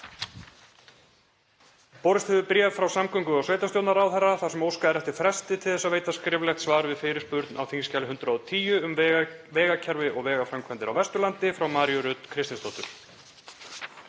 Borist hefur bréf frá samgöngu- og sveitarstjórnarráðherra þar sem óskað er eftir fresti til þess að veita skriflegt svar við fyrirspurn á þskj. 110, um vegakerfi og vegaframkvæmdir á Vesturlandi, frá Maríu Rut Kristinsdóttur.